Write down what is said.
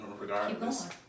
regardless